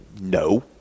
No